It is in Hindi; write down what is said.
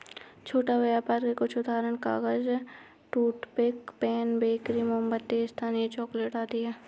छोटा व्यापर के कुछ उदाहरण कागज, टूथपिक, पेन, बेकरी, मोमबत्ती, स्थानीय चॉकलेट आदि हैं